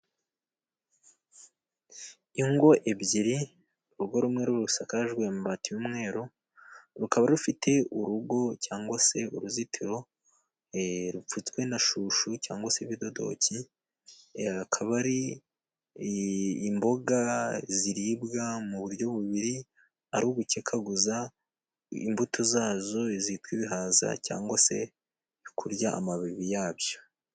Ingo ebyiri, urugo rumwe rusakajwe amambati y'umweru rukaba rufite urugo cyangwa se uruzitiro rupfutswe na shushu cyangwa se ibidodoki, zikaba ari imboga ziribwa mu buryo bubiri ari ugukekaguza imbuto zazo zitwa ibihaza, cyangwa se kurya amababi yabyo.